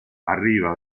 arriva